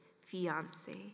fiance